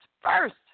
first